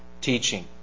teaching